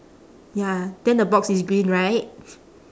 ya then the box is green right